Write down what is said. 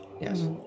Yes